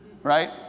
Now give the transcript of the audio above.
right